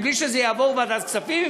בלי שזה יעבור בוועדת כספים,